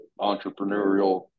entrepreneurial